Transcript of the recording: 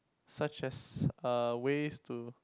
such as uh ways to